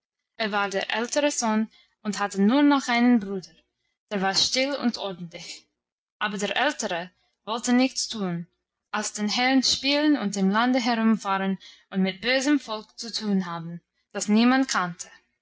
er war der ältere sohn und hatte nur noch einen bruder der war still und ordentlich aber der ältere wollte nichts tun als den herrn spielen und im lande herumfahren und mit bösem volk zu tun haben das niemand kannte